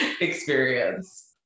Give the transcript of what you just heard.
experience